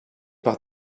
par